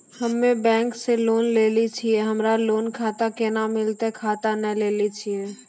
हम्मे बैंक से लोन लेली छियै हमरा लोन खाता कैना मिलतै खाता नैय लैलै छियै?